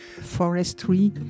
Forestry